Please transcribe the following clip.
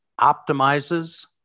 optimizes